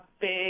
big